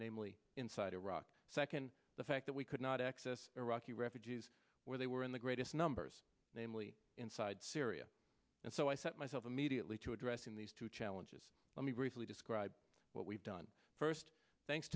namely inside iraq second the fact that we could not access iraqi refugees where they were in the greatest numbers namely inside syria and so i set myself immediately to addressing these two challenges let me briefly describe what we've done first thanks